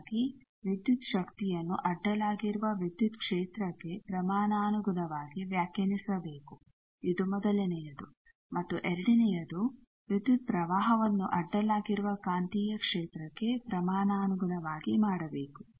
ಹಾಗಾಗಿ ವಿದ್ಯುತ್ ಶಕ್ತಿಯನ್ನು ಅಡ್ಡಲಾಗಿರುವ ವಿದ್ಯುತ್ ಕ್ಷೇತ್ರಕ್ಕೆ ಪ್ರಮಾಣಾನುಗುಣವಾಗಿ ವ್ಯಾಖ್ಯಾನಿಸಬೇಕು ಇದು ಮೊದಲನೆಯದು ಮತ್ತು ಎರಡನೆಯದು ವಿದ್ಯುತ್ ಪ್ರವಾಹವನ್ನು ಅಡ್ಡಲಾಗಿರುವ ಕಾಂತೀಯ ಕ್ಷೇತ್ರಕ್ಕೆ ಪ್ರಮಾಣಾನುಗುಣವಾಗಿ ಮಾಡಬೇಕು